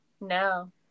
No